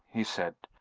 he said.